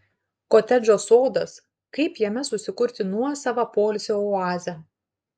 kotedžo sodas kaip jame susikurti nuosavą poilsio oazę